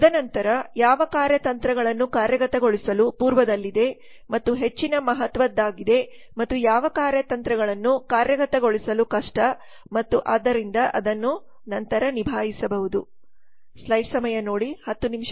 ತದನಂತರ ಯಾವ ಕಾರ್ಯತಂತ್ರಗಳನ್ನು ಕಾರ್ಯಗತಗೊಳಿಸಲು ಪೂರ್ವದಲ್ಲಿದೆ ಮತ್ತು ಹೆಚ್ಚಿನ ಮಹತ್ವದ್ದಾಗಿದೆ ಮತ್ತು ಯಾವ ಕಾರ್ಯತಂತ್ರಗಳನ್ನು ಕಾರ್ಯಗತಗೊಳಿಸಲು ಕಷ್ಟ ಮತ್ತು ಆದ್ದರಿಂದ ಅದನ್ನು ನಂತರ ನಿಭಾಯಿಸಬಹುದು